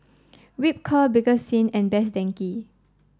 Ripcurl Bakerzin and Best Denki